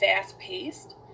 fast-paced